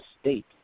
state